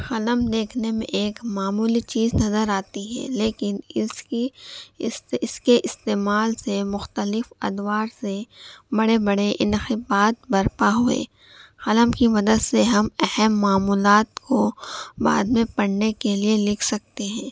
قلم دیکھنے میں ایک معمولی چیز نظر آتی ہے لیکن اس کی اس کے استعمال سے مختلف ادوار سے بڑے بڑے انحباط برپا ہوئے قلم کی مدد سے ہم اہم معمولات کو بعد میں پڑھنے کے لیے لکھ سکتے ہیں